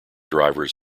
drivers